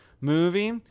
movie